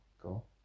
cool